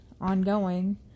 ongoing